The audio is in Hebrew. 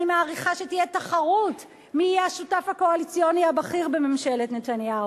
אני מעריכה שתהיה תחרות מי יהיה השותף הקואליציוני הבכיר בממשלת נתניהו.